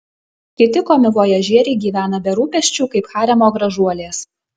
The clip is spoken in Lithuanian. kiti komivojažieriai gyvena be rūpesčių kaip haremo gražuolės